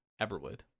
Everwood